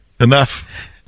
Enough